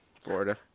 Florida